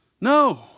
No